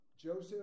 Joseph